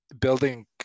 building